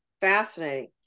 fascinating